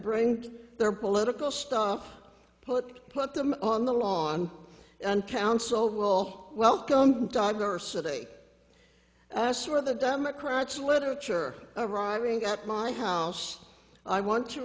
bring to their political stuff put put them on the lawn and council will welcome dogger city ass or the democrats literature arriving at my house i want to